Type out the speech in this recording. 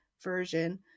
version